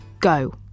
go